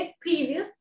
previous